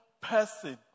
person